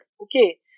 okay